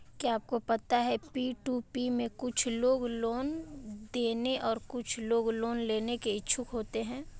क्या आपको पता है पी.टू.पी में कुछ लोग लोन देने और कुछ लोग लोन लेने के इच्छुक होते हैं?